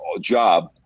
job